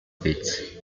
beach